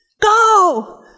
Go